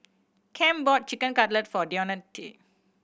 Cam bought Chicken Cutlet for Deonte